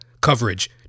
coverage